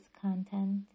content